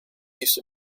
east